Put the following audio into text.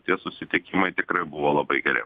tie susitikimai tikrai buvo labai geri